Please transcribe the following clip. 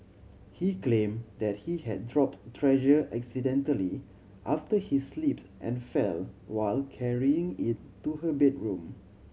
he claimed that he had dropped treasure accidentally after he slipped and fell while carrying it to her bedroom